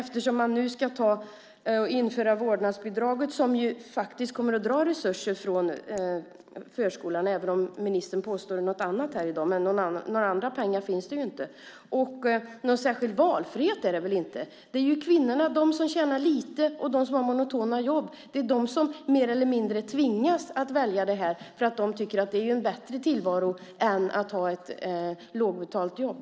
Nu ska man ju införa vårdnadsbidraget som faktiskt kommer att ta resurser från förskolan även om ministern påstår annat här i dag. Men några andra pengar finns inte. Någon särskild valfrihet är det väl inte fråga om. Det är de kvinnor som tjänar lite och som har monotona jobb som mer eller mindre tvingas att välja vårdnadsbidraget. De tycker att det är en bättre tillvaro jämfört med att ha ett lågbetalt jobb.